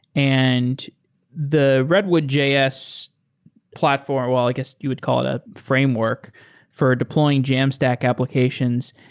and the redwood js platform, well, i guess you would call it a framework for deploying jamstack applications.